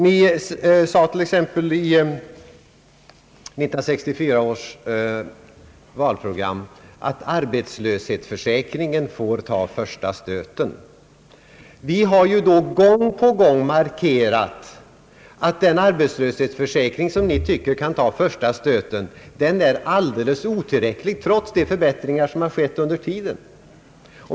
Ni sade t.ex. i 1964 års valprogram, att arbetslöshetsförsäkringen får ta första stöten. Vi har gång på gång markerat, att den arbetslöshetsförsäkring som enligt er uppfattning kan ta första stöten, är alldeles otillräcklig, trots de förbättringar som skett under tiden.